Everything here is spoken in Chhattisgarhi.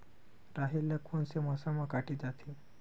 राहेर ल कोन से मौसम म काटे जाथे?